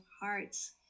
hearts